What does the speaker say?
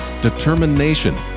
determination